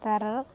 ତାର